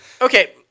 Okay